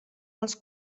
els